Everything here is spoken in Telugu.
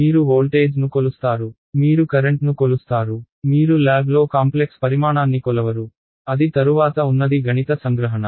మీరు వోల్టేజ్ను కొలుస్తారు మీరు కరెంట్ను కొలుస్తారు మీరు ల్యాబ్లో కాంప్లెక్స్ పరిమాణాన్ని కొలవరు అది తరువాత ఉన్నది గణిత సంగ్రహణ